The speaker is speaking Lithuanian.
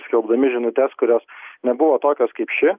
skelbdami žinutes kurios nebuvo tokios kaip ši